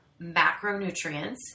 macronutrients